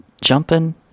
Jumping